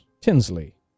Tinsley